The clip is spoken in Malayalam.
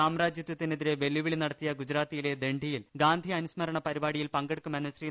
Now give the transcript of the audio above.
സാമ്രാജ്യത്തിനെതിരെ വെല്ലുവിളി നടത്തിയ ഗുജറാത്തിലെ ദണ്ഡി യിൽ ഗാന്ധി അനുസ്മരണ പരിപാടിയിൽ പങ്കെടുക്കുമെന്ന് ശ്രീ